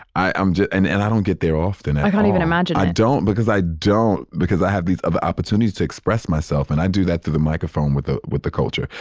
i am. and and i don't get there often and i can't even imagine i don't because i don't, because i have these um opportunities to express myself and i do that through the microphone with, ah with the culture.